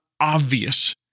obvious